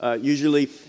Usually